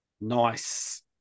Nice